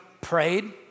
prayed